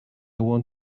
want